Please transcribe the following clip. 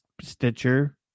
Stitcher